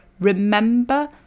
remember